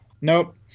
Nope